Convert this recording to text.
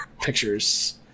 pictures